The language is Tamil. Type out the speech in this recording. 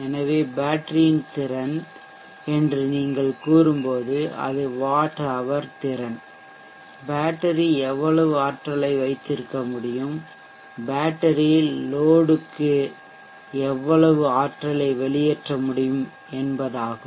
எனவே பேட்டரியின் திறன் என்று நீங்கள் கூறும்போது அது வாட் ஹவர் திறன் பேட்டரி எவ்வளவு ஆற்றலை வைத்திருக்க முடியும் பேட்டரி லோடடுக்கு சுமைக்கு எவ்வளவு ஆற்றலை வெளியேற்ற முடியும் என்பதாகும்